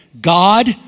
God